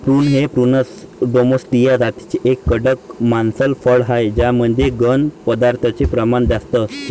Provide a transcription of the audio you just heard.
prune हे prunus domestica जातीचे एक कडक मांसल फळ आहे ज्यामध्ये घन पदार्थांचे प्रमाण जास्त असते